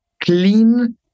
clean